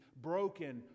broken